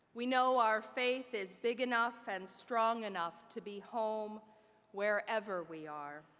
we know our faith is big enough and strong enough to be home wherever we are,